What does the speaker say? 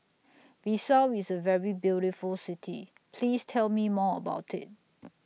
Bissau IS A very beautiful City Please Tell Me More about IT